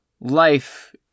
life